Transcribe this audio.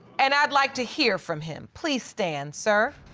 and i'd like to hear from him. please stand, sir.